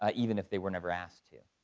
ah even if they were never asked to.